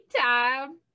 time